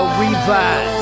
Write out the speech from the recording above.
revive